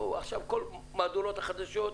עכשיו כל מהדורות החדשות,